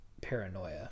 paranoia